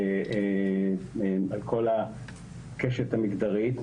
על כל הקשת המגדרית.